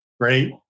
Great